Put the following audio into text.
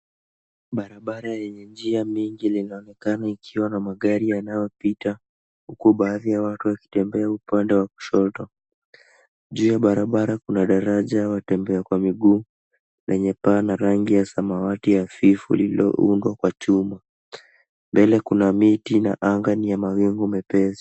Barabara yenye njia mingi linaonekana likiwa na magari yanyopita huku baadhi ya watu wakitembea upande wa kushoto. Juu ya barabara kuna daraja ya watembea kwa miguu yenye paa na rangi ya samawati hafifu liloundwa kwa chuma. Mbele kuna miti na anga nyeupe na mawingu mepesi.